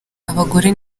abagore